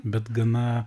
bet gana